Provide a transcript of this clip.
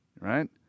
right